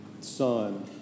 son